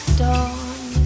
dawn